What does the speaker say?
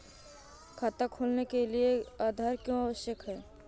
खाता खोलने के लिए आधार क्यो आवश्यक है?